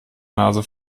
nase